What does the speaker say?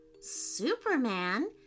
Superman